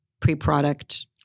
pre-product